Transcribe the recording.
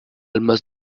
almost